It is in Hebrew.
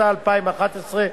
התשע"א 2011,